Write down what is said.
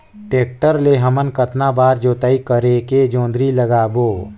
Tractor ले हमन कतना बार जोताई करेके जोंदरी लगाबो?